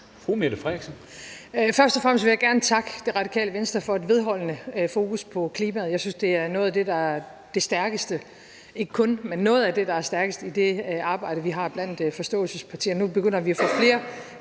Først og fremmest vil jeg gerne takke Det Radikale Venstre for et vedholdende fokus på klimaet. Jeg synes, det er noget af det, der er det stærkeste, ikke kun, men noget af det, der er stærkest i det arbejde, vi har blandt forståelsespartierne, og nu begynder vi at få flere